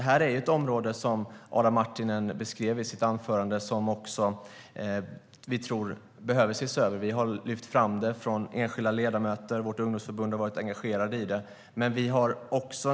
Som Adam Marttinen beskrev i sitt anförande är detta ett område som vi tror behöver ses över. Vi har lyft fram detta från enskilda ledamöters sida, och vårt ungdomsförbund har varit engagerat i det.